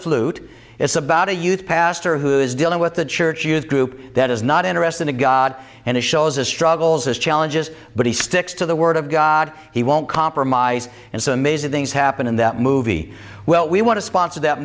flute it's about a youth pastor who is dealing with the church youth group that is not interested in god and it shows his struggles as challenges but he sticks to the word of god he won't compromise and so amazing things happen in that movie well we want to sponsor that